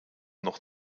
noch